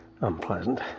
unpleasant